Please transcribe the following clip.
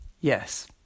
Yes